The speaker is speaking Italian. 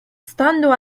stando